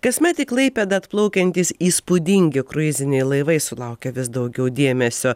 kasmet į klaipėdą atplaukiantys įspūdingi kruiziniai laivai sulaukia vis daugiau dėmesio